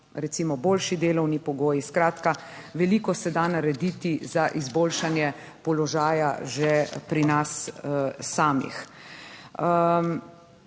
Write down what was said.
recimo boljši delovni pogoji. Skratka, veliko se da narediti za izboljšanje položaja že pri nas samih.